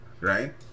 right